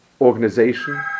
Organization